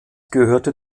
gehörte